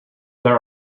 there